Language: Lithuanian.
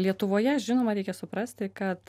lietuvoje žinoma reikia suprasti kad